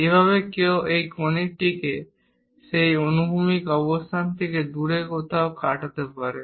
একইভাবে কেউ এই কনিকটিকে সেই অনুভূমিক অবস্থান থেকে দূরে কোথাও কাটাতে পারে